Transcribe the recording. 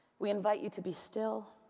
we invite you to be still,